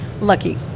Lucky